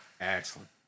excellent